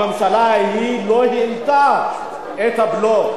הממשלה ההיא לא העלתה את הבלו,